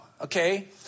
Okay